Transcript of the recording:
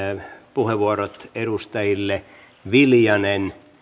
puheenvuorot edustajille viljanen